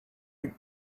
you